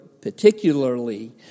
particularly